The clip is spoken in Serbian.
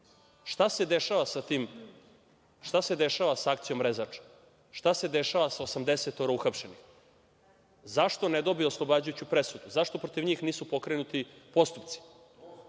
šta se dešava sa tim? Šta se dešava sa akcijom „Rezač“? Šta se dešava sa osamdesetoro uhapšenih? Zašto ne dobiju oslobađajuću presudu? Zašto protiv njih nisu pokrenuti postupci?